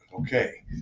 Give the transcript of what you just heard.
Okay